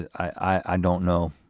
i don't know